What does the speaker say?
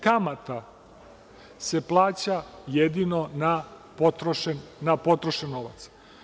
Kamata se plaća jedino na potrošen novac.